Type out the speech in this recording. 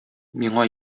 миңа